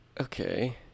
Okay